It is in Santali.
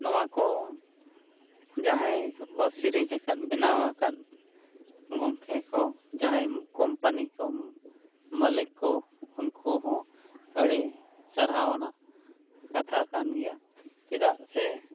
ᱱᱚᱣᱟ ᱠᱚ ᱡᱟᱦᱟᱸᱭ ᱠᱚ ᱥᱤᱨᱤᱡᱽ ᱟᱠᱟᱫ ᱵᱮᱱᱟᱣ ᱟᱠᱟᱫ ᱜᱚᱢᱠᱮ ᱠᱚ ᱡᱟᱦᱟᱸᱭ ᱠᱳᱢᱯᱟᱱᱤ ᱠᱚ ᱢᱟᱹᱞᱤᱠ ᱠᱚ ᱩᱱᱠᱩ ᱦᱚᱸ ᱟᱹᱰᱤ ᱥᱟᱨᱦᱟᱣ ᱟᱱᱟᱜ ᱠᱟᱛᱷᱟ ᱠᱟᱱ ᱜᱮᱭᱟ ᱪᱮᱫᱟᱜ ᱥᱮ